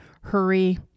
hurry